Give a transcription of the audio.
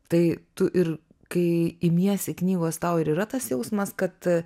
tai tu ir kai imiesi knygos tau ir yra tas jausmas kad